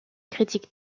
critiques